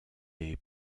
est